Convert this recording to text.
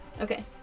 Okay